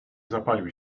zapalił